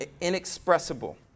inexpressible